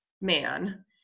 man